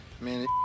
man